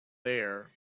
there